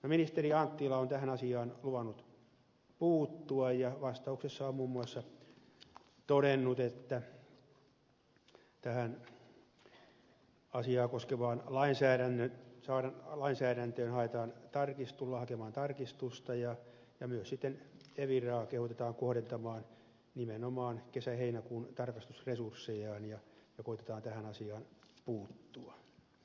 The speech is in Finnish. ministeri anttila on tähän asiaan luvannut puuttua ja on vastauksessaan muun muassa todennut että asiaa koskevaan lainsäädäntöön tullaan hakemaan tarkistusta ja myös sitten eviraa kehotetaan kohdentamaan nimenomaan kesäheinäkuun tarkastusresurssejaan ja koitetaan tähän asiaan puuttua